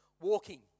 Walking